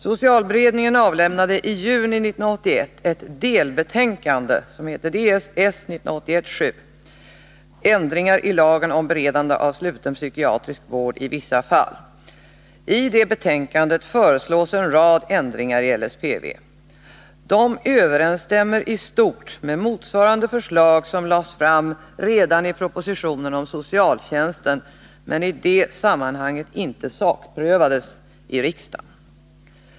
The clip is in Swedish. Socialberedningen avlämnade i juni 1981 ett delbetänkande, Ds S 1981:7 Ändringar i lagen om beredande av sluten psykiatrisk vård i vissa fall . I betänkandet föreslås en rad ändringar i LSPV. Dessa överensstämmer i stort med motsvarande förslag som lades fram redan i propositionen om socialtjänsten men i det sammanhanget inte sakprövades av riksdagen.